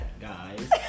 guys